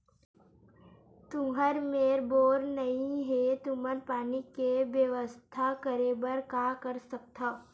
तुहर मेर बोर नइ हे तुमन पानी के बेवस्था करेबर का कर सकथव?